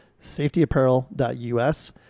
safetyapparel.us